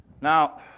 Now